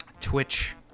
Twitch